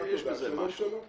זה לא עניינה של הרשות.